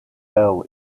fell